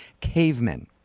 cavemen